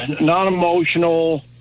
non-emotional